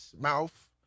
mouth